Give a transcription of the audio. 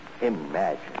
Imagine